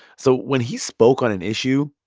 so when he spoke on an issue,